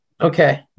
Okay